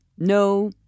No